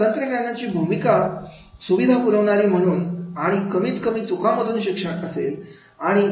तर तंत्रज्ञानाची भूमिका सुविधा पुरवणाऱ्या म्हणून आणि कमीतकमी चुकांमधून शिक्षण असेल